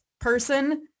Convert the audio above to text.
person